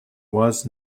was